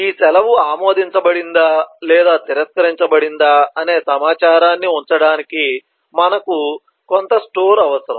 ఈ సెలవు ఆమోదించబడిందా లేదా తిరస్కరించబడిందా అనే సమాచారాన్ని ఉంచడానికి మనకు కొంత స్టోర్ అవసరం